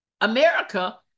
America